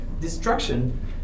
destruction